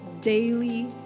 daily